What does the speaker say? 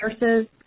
nurses